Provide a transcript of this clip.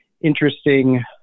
interesting